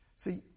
See